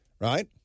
right